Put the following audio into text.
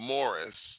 Morris